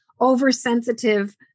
oversensitive